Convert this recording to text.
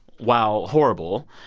while horrible,